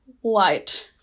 white